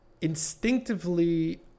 instinctively